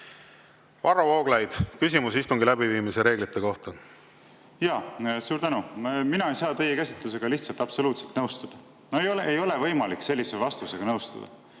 Varro Vooglaid, küsimus istungi läbiviimise reeglite kohta. Jaa, suur tänu! Mina ei saa teie käsitlusega absoluutselt nõustuda. No ei ole võimalik sellise vastusega nõustuda.